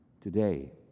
Today